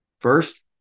First